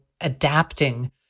adapting